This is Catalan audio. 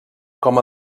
com